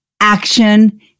Action